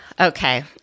Okay